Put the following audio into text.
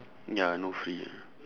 ya no free ah